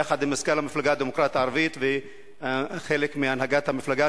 יחד עם מזכ"ל המפלגה הדמוקרטית הערבית וחלק מהנהגת המפלגה,